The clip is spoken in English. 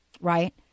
right